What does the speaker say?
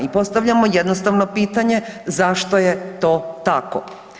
I postavljamo jednostavno pitanje zašto je to tako?